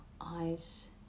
eyes